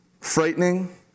frightening